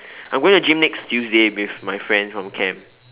I'm going to gym next Tuesday with my friends from camp